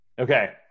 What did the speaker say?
Okay